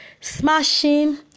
smashing